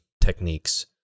techniques